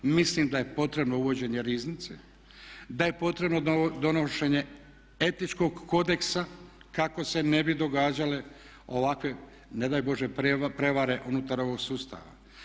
Mislim da je potrebno uvođenje riznice, da je potrebno donošenje etičkog kodeksa kako se ne bi događale ovakve ne daj Bože prijevare unutar ovog sustava.